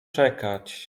czekać